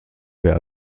wer